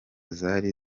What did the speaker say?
zari